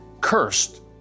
Cursed